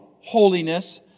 holiness